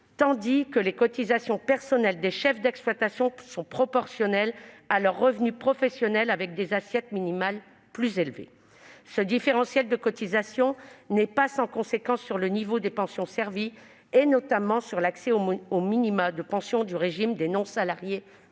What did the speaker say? tandis que les cotisations personnelles des chefs d'exploitation sont proportionnelles à leurs revenus professionnels, avec des assiettes minimales plus élevées. Ce différentiel de cotisations n'est pas sans conséquence sur le niveau des pensions servies et, notamment, sur l'accès aux minima de pension du régime des non-salariés